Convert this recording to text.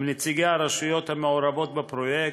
עם נציגי הרשויות המעורבות בפרויקט,